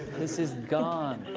this is done.